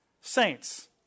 Saints